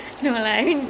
it it I'm sorry